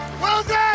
Wilson